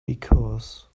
because